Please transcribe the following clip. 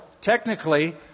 technically